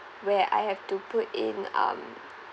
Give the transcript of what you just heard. where I have to put in um